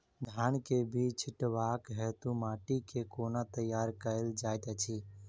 धान केँ बीज छिटबाक हेतु माटि केँ कोना तैयार कएल जाइत अछि?